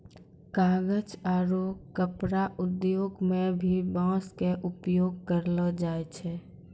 कागज आरो कपड़ा उद्योग मं भी बांस के उपयोग करलो जाय छै